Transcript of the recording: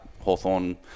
Hawthorne